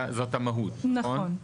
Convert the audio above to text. זאת המהות, נכון?